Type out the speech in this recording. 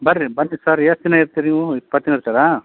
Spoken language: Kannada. ಬರ್ರಿ ಬರ್ರಿ ಸರ್ ಎಷ್ಟು ದಿನ ಇರ್ತಿರಾ ನೀವು ಇಪ್ಪತ್ತು ದಿನ ಇರ್ತಿರಾ